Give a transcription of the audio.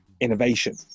innovation